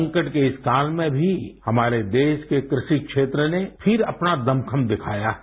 संकट के इस काल में भी हमारे देश के क्रवि क्षेत्र ने फिर अपना दमखम दिखाया है